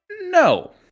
No